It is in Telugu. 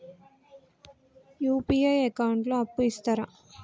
యూ.పీ.ఐ అకౌంట్ లో అప్పు ఇస్తరా?